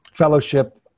fellowship